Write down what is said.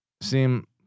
seem